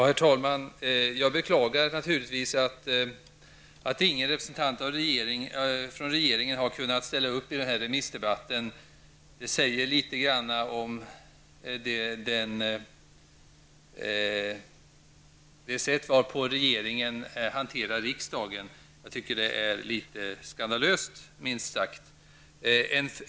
Herr talman! Jag beklagar naturligtvis att ingen representant för regeringen har ställt upp i denna remissdebatt. Det säger litet grand om det sätt varpå regeringen hanterar riksdagen. Jag tycker att det minst sagt är något skandalöst.